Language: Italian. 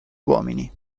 uomini